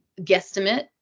guesstimate